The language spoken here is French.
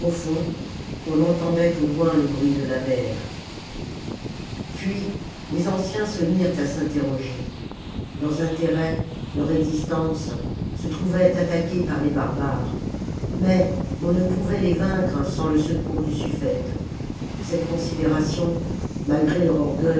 qu'on entendait au loin le bruit de la mer puis les anciens se mirent à s'interroger leurs intérêts leur existence se trouvaient attaqués par les barbares mais on ne pouvait les vaincre sans le secours du sufifete cette considération malgré leur orgueil